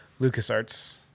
LucasArts